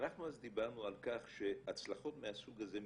אנחנו אז דיברנו על כך שהצלחות מהסוג הזה,